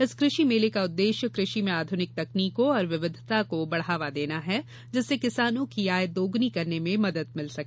इस कृषि मेले का उद्वेश्य कृषि में आधुनिक तकनीकों और विविधता को बढावा देना है जिससे किसानों की आय दौगुनी करने में मदद मिल सके